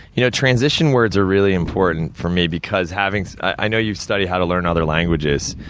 you know, transition words are really important, for me, because having i know you've studied how to learn other languages.